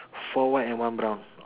four white and one brown